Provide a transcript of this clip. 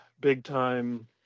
big-time